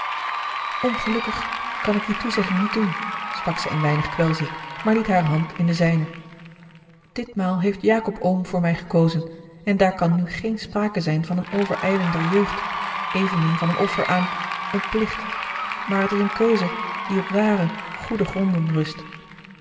ongelukkig kan ik die toezegging niet doen sprak zij een weinig kwelziek maar liet hare hand in de zijne ditmaal heeft jacob oom voor mij gekozen en daar kan nu geene sprake zijn a l g bosboom-toussaint de delftsche wonderdokter eel van eene overijling der jeugd evenmin van een offer aan een plicht maar het is eene keuze die op ware goede gronden rust